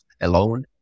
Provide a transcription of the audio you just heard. alone